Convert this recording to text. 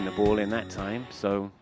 in the ball in that time so